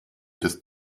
des